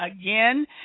again